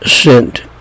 sent